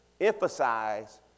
emphasize